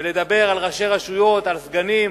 ולדבר על ראשי רשויות, על סגנים,